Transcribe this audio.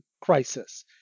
crisis